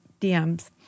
DMs